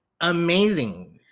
Amazing